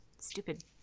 Stupid